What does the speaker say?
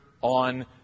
on